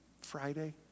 Friday